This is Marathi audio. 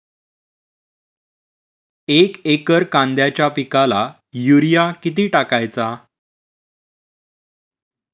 एक एकर कांद्याच्या पिकाला युरिया किती टाकायचा?